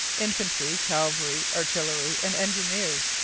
infantry, cavalry, artillery, and engineers,